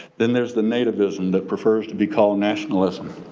then there's the nativism that prefers to be called nationalism.